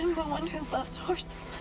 the one who loves horses.